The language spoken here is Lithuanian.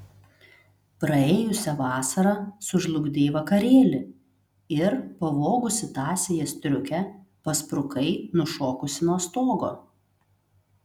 praėjusią vasarą sužlugdei vakarėlį ir pavogusi tąsiąją striukę pasprukai nušokusi nuo stogo